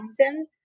Mountain